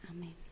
amen